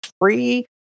free